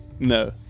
No